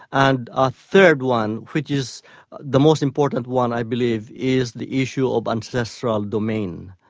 and a third one which is the most important one i believe, is the issue of ancestral domain.